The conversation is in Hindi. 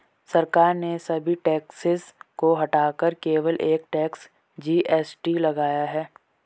सरकार ने सभी टैक्सेस को हटाकर केवल एक टैक्स, जी.एस.टी लगाया है